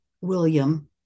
William